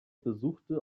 besuchte